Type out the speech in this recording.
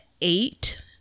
eight